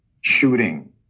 shooting